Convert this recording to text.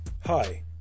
Hi